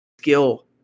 skill